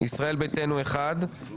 ישראל ביתנו אחד.